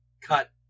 cut